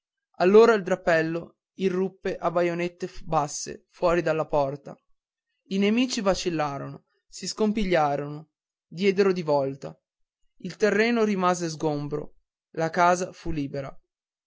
allora il drappello irruppe a baionette basse fuor della porta i nemici vacillarono si scompigliarono diedero di volta il terreno rimase sgombro la casa fu libera